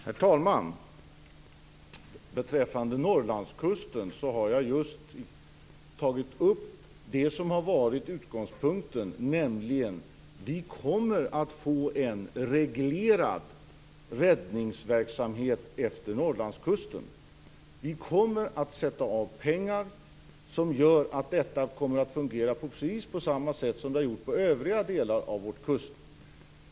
Herr talman! Beträffande Norrlandskusten har jag just tagit upp det som har varit utgångspunkten, nämligen att vi kommer att få en reglerad räddningsverksamhet längs Norrlandskusten. Vi kommer att sätta av pengar som gör att denna kommer att fungera på precis samma sätt som den har gjort längs övriga delar av vår kust.